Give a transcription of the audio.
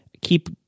keep